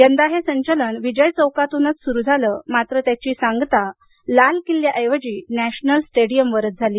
यंदा हे संचलन विजय चौकातूनच सुरू झालं मात्र त्याची सांगता लाल किल्ल्याऐवजी नॅशनल स्टेडीयमवर झाली